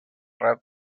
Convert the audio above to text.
rap